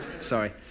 Sorry